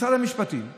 משרד המשפטים אומר: